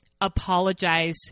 apologize